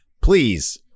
please